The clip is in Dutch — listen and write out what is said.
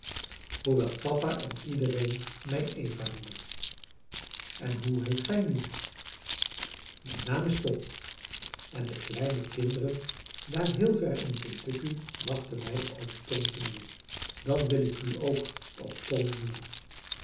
hoewel papa en iedereen mij eva noemen en hoe heet gij nu mijn naam is tom en de kleine kinderen daar heel ver in kentucky plachten mij oom tom te noemen dan wil ik u ook oom tom noemen